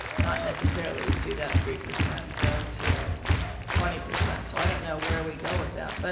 not necessarily to see that three percent go to twenty percent. so i don't know where we go with that. but